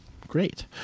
Great